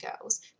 girls